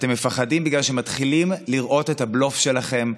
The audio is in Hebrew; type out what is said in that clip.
אתם מפחדים בגלל שמתחילים לראות את הבלוף שלכם.